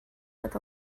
but